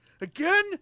again